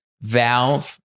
Valve